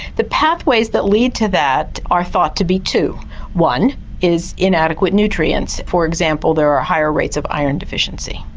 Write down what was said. the pathways that lead to that are thought to be two one is inadequate nutrients. for example there are higher rates of iron deficiency.